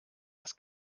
das